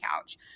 couch